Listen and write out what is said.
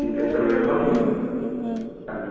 ठीक आहे sir welcome चालेल